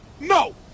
No